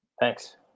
Thanks